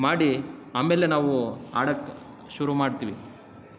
ಮಾಡಿ ಆಮೇಲೆ ನಾವು ಆಡಕ್ಕೆ ಶುರು ಮಾಡ್ತೀವಿ